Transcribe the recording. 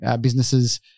businesses